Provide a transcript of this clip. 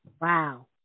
Wow